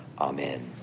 Amen